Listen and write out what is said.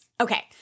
Okay